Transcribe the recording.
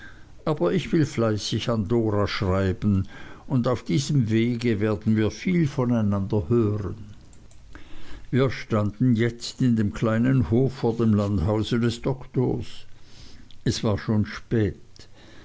aber ich will fleißig an dora schreiben und auf diesem wege werden wir viel voneinander hören wir standen jetzt in dem kleinen hof vor dem landhause des doktors es war schon spät